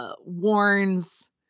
Warns